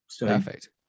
Perfect